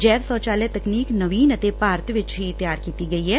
ਜੈਵ ਸ਼ੋਚਾਲਿਆ ਤਕਨੀਕ ਨਵੀਨ ਅਤੇ ਭਾਰਤ ਚ ਹੀ ਤਿਆਰ ਕੀਤੀ ਗਈ ਐ